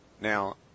Now